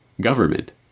Government